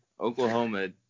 oklahoma